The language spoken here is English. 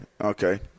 okay